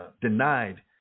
denied